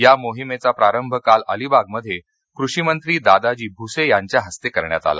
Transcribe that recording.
या मोहिमेचा प्रारंभ काल अलिबागमध्ये कृषिमंत्री दादाजी भुसे यांच्या हस्ते करण्यात आला